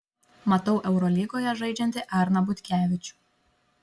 matau eurolygoje žaidžiantį arną butkevičių